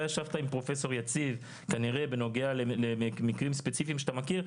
אתה ישבת עם פרופ' יציב כנראה בנוגע למקרים ספציפיים שאתה מכיר.